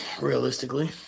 realistically